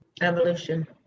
Evolution